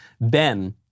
Ben